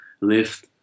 lift